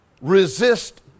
Resist